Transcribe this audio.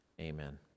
Amen